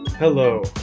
Hello